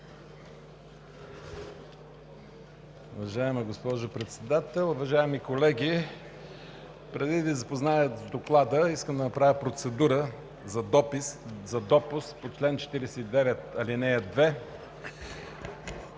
Уважаема госпожо Председател, уважаеми колеги! Преди да Ви запозная с Доклада, искам да направя процедура по чл. 49, ал. 2